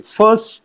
first